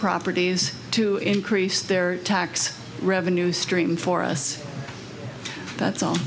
properties to increase their tax revenue stream for us that's all